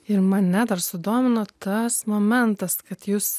ir mane dar sudomino tas momentas kad jūs